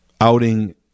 outing